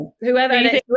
Whoever